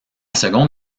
seconde